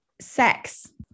sex